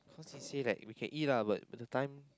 cause he say like we can lah but but the time